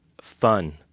fun